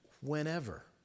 Whenever